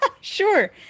Sure